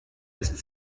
ist